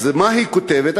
אז מה היא כותבת?